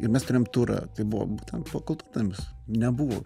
ir mes turėjom turą tai buvo būtent po kultūrnamius nebuvo